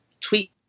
tweet